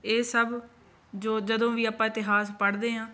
ਇਹ ਸਭ ਜੋ ਜਦੋਂ ਵੀ ਆਪਾਂ ਇਤਿਹਾਸ ਪੜ੍ਹਦੇ ਹਾਂ